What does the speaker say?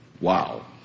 Wow